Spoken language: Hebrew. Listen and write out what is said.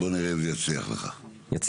אני לא